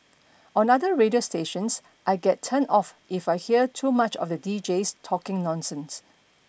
on other radio stations I get turned off if I hear too much of the deejays talking nonsense